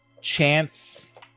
chance